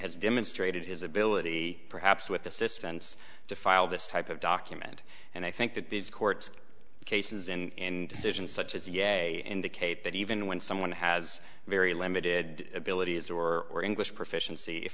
has demonstrated his ability perhaps with assistance to file this type of document and i think that these court cases in decisions such as yeah they indicate that even when someone has very limited abilities or english proficiency if